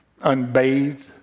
unbathed